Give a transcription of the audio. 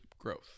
growth